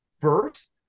first